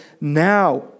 now